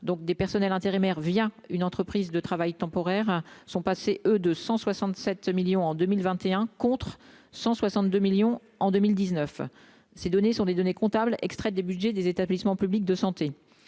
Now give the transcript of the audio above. donc des personnels intérimaires, via une entreprise de travail temporaire sont passés, eux, de 167 millions en 2021 contre 162 millions en 2019, ces données sont des données comptables extrait des Budgets des établissements publics de santé,